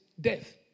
death